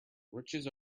riches